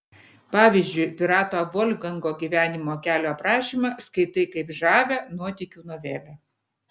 pavyzdžiui pirato volfgango gyvenimo kelio aprašymą skaitai kaip žavią nuotykių novelę